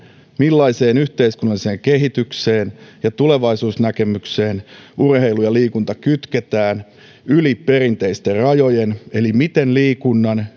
millaiseen yhteiskunnalliseen kehitykseen ja tulevaisuusnäkemykseen urheilu ja liikunta kytketään yli perinteisten rajojen eli miten liikunnan